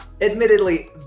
Admittedly